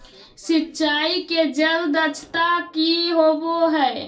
सिंचाई के जल दक्षता कि होवय हैय?